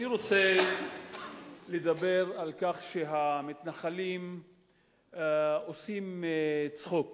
אני רוצה לדבר על כך שהמתנחלים עושים צחוק